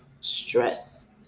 stress